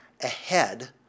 ahead